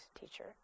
teacher